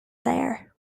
there